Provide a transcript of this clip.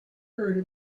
her